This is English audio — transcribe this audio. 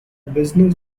business